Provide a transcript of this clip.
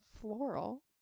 Floral